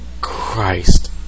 Christ